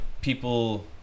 people